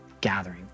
gathering